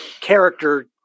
character